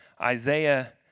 Isaiah